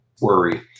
worry